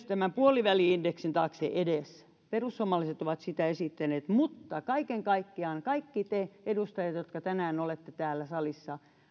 tämän puoliväli indeksin taakse perussuomalaiset ovat sitä esittäneet mutta kaiken kaikkiaan kaikki te edustajat jotka tänään olette täällä salissa